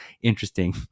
interesting